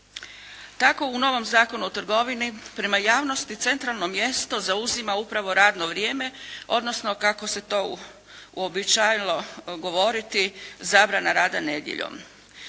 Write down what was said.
Tako u novom Zakonu o trgovini prema javnosti centralno mjesto zauzima upravo radno vrijeme, odnosno kako se to uobičajilo govoriti, zabrana rada nedjeljom.